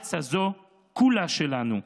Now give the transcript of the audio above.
הארץ הזו כולה שלנו,